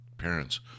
parents